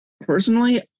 Personally